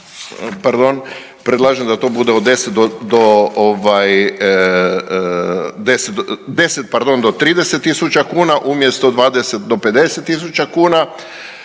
pardon predlažem da to bude od 10 pardon do 30 000 kuna, umjesto 20 do 50 000 kuna